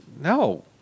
No